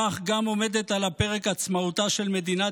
כך גם עומדת על הפרק עצמאותה של מדינת